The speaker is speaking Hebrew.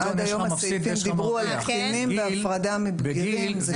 גיל 19. עד היום הסעיפים דיברו על קטינים והפרדה מבגירים.